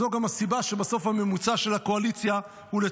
זאת גם הסיבה שבסוף הממוצע של הקואליציה הוא נמוך,